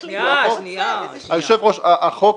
היושב ראש, החוק,